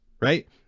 right